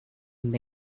amb